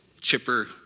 chipper